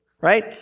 right